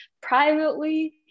privately